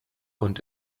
und